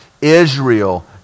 Israel